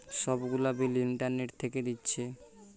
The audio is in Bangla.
সব গুলা বিল ইন্টারনেট থিকে দিচ্ছে